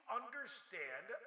understand